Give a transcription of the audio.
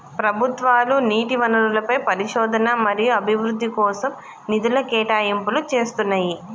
ప్రభుత్వాలు నీటి వనరులపై పరిశోధన మరియు అభివృద్ధి కోసం నిధుల కేటాయింపులు చేస్తున్నయ్యి